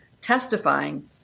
testifying